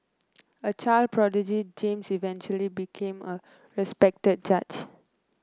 a child prodigy James eventually became a respected judge